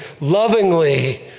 lovingly